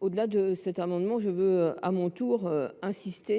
Au delà de cet amendement, j’insiste à mon tour